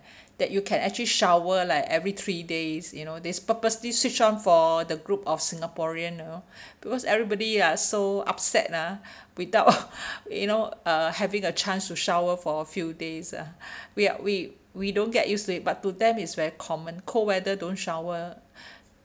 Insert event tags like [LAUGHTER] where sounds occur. that you can actually shower like every three days you know they purposely switch on for the group of singaporean you know because everybody are so upset lah without [LAUGHS] you know uh having a chance to shower for a few days ah we are we we don't get used to it but to them it's very common cold weather don't shower